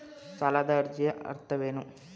ಸಾಲದ ಅರ್ಜಿಯ ಅರ್ಥವೇನು?